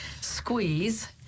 squeeze